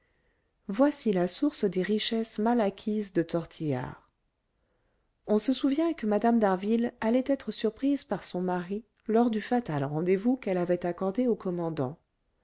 voici la source des richesses mal acquises de tortillard on se souvient que mme d'harville allait être surprise par son mari lors du fatal rendez-vous qu'elle avait accordé au commandant